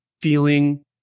feeling